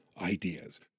ideas